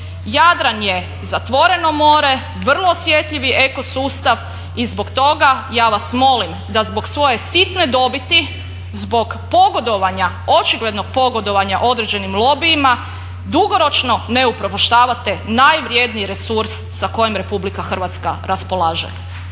Jadran je zatvoreno more, vrlo osjetljivi eko sustav i zbog toga ja vas molim da zbog svoje sitne dobiti, zbog pogodovanja, očiglednog pogodovanja određenim lobijima dugoročno ne upropaštavate najvredniji resurs sa kojim Republika Hrvatska raspolaže.